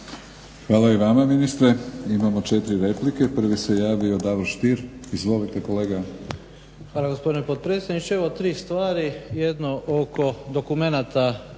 Hvala i vama ministre. Imamo 4 replike. Prvi se javio Davor Stier. Izvolite. **Stier, Davor Ivo (HDZ)** Hvala gospodine potpredsjedniče. Evo tri stvari, jedno oko dokumenata